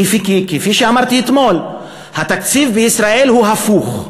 כפי שאמרתי אתמול, התקציב בישראל הוא הפוך,